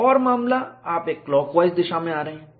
एक और मामला आप एक क्लॉकवाइज दिशा में आ रहे हैं